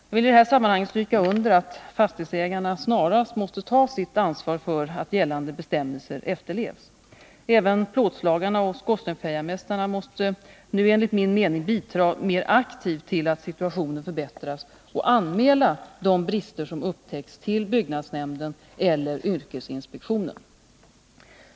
Jag villi detta sammanhang stryka under att fastighetsägarna snarast måste ta sitt ansvar för att gällande bestämmelser efterlevs. Även plåtslagarna och skorstensfejarmästarna måste nu enligt min mening bidra mera aktivt till att situationen förbättras och anmäla de brister som upptäcks till byggnadsnämnden eller yrkesinspektionen.